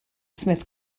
smith